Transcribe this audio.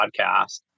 podcast